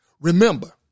Remember